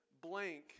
blank